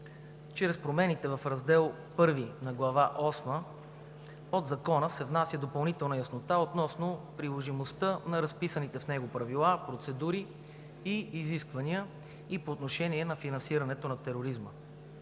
Чрез промените в Раздел I на Глава осма от Закона се внася допълнителна яснота относно приложимостта на разписаните в него правила, процедури и изисквания по отношение на финансирането на тероризма.